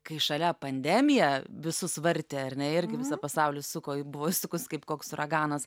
kai šalia pandemija visus vartė ar ne irgi visą pasaulį suko buvo įsukus kaip koks uraganas